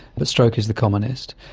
but stroke is the commonest.